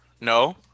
No